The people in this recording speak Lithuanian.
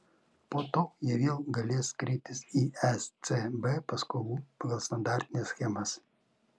po to jie vėl galės kreiptis į ecb paskolų pagal standartines schemas